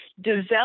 develop